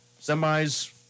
semis